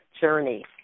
journey